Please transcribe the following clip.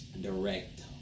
direct